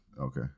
Okay